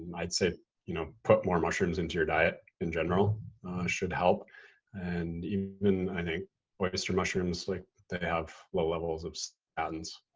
and i'd say you know put more mushrooms into your diet in general should help and even i think oyster mushrooms like that have low levels of and